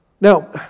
Now